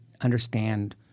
understand